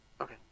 Okay